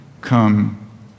come